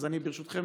אז ברשותכם